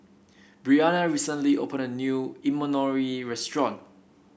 Briana recently opened a new Imoni restaurant